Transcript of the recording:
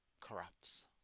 corrupts